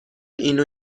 اینو